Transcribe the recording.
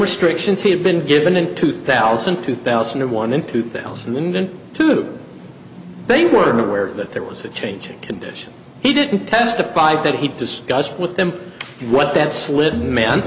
restrictions he had been given in two thousand two thousand and one in two thousand and two that they were aware that there was a change in condition he didn't testified that he discussed with them what that slip mean